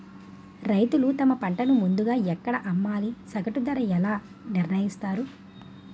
రైతులు తమ పంటను ముందుగా ఎక్కడ అమ్మాలి? సగటు ధర ఎలా నిర్ణయిస్తారు?